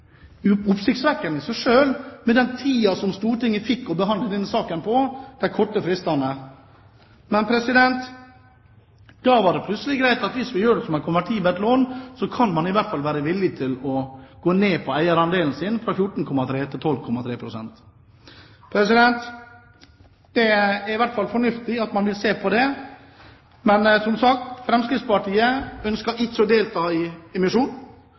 oppsiktsvekkende i seg selv den tiden som Stortinget fikk til å behandle denne saken på, med de korte fristene. Men da var det plutselig greit at hvis vi gjør det som et konvertibelt lån, kan man i hvert fall være villig til å gå ned på eierandelen, fra 14,3 til 12,3 pst. Det er i hvert fall fornuftig at man vil se på det, men som sagt: Fremskrittspartiet ønsker ikke å delta i emisjonen.